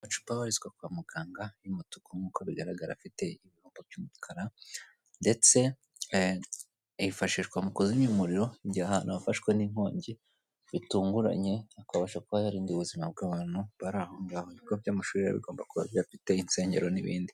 Amacupa abarizwa kwa muganga y'umutuku nk'uko bigaragara afite ibirango by'umukara ndetse yifashishwa mu kuzimya umuriro igihe ahantu hafashwe n'ikongi bitunguranye, akabasha kuba yarinda ubuzima bw'abantu bari aho ngaho, ibigo by'amashuri rero bigomba kuba biyafite insengero n'ibindi.